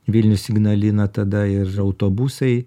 vilnius ignalina tada ir autobusai